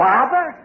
Father